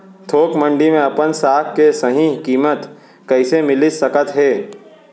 थोक मंडी में अपन साग के सही किम्मत कइसे मिलिस सकत हे?